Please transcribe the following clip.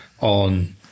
on